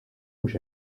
mhux